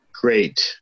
great